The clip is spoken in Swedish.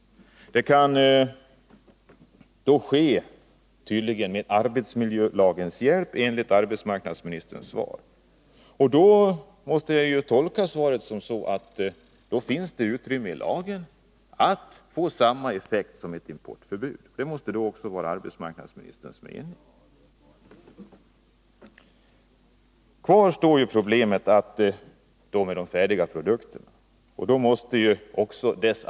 Detta kan tydligen ske med arbetsmiljölagens hjälp, enligt arbetsmarknadsministerns svar. Jag måste tolka svaret så att det finns utrymme för en sådan tillämpning av lagen att man får samma effekt som ett importförbud skulle ge. Det måste också vara arbetsmarknadsministerns mening. Kvar står problemet med de färdiga produkterna.